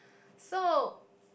so